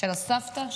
של הסבתא?